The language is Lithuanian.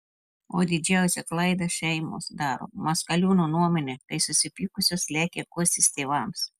o didžiausią klaidą šeimos daro maskaliūnų nuomone kai susipykusios lekia guostis tėvams